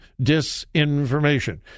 disinformation